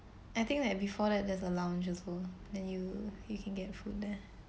I think like before that there's a lounge also then you you can get food there